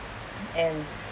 and